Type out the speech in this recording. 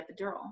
epidural